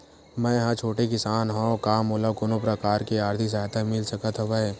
मै ह छोटे किसान हंव का मोला कोनो प्रकार के आर्थिक सहायता मिल सकत हवय?